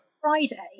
friday